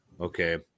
okay